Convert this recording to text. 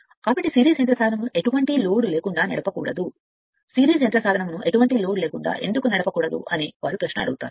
కాబట్టి సిరీస్ యంత్ర సాధనము ను ఎటువంటి లోడ్ లేకుండా నడపకూడదు ఈ ప్రాంతం మాత్రమే ఉన్నందున సిరీస్ యంత్ర సాధనమును ఎటువంటి లోడ్ లేకుండా ఎందుకు నడపకూడదు అని వారు కొంత ప్రశ్న అడుగుతారు